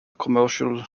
commercial